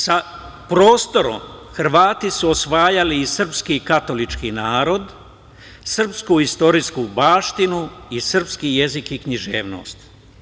Sa prostorom, Hrvati su osvajali i srpski i katolički narod, srpsku istorijsku baštinu i srpski jezik i književnost.